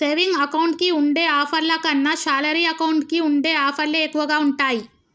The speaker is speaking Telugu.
సేవింగ్ అకౌంట్ కి ఉండే ఆఫర్ల కన్నా శాలరీ అకౌంట్ కి ఉండే ఆఫర్లే ఎక్కువగా ఉంటాయి